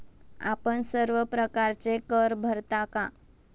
आपण सर्व प्रकारचे कर भरता का?